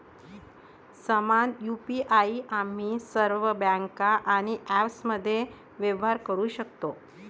समान यु.पी.आई आम्ही सर्व बँका आणि ॲप्समध्ये व्यवहार करू शकतो